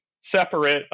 separate